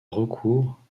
recours